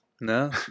no